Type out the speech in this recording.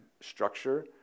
structure